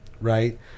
Right